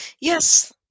Yes